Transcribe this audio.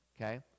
okay